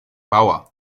bauer